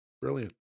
brilliant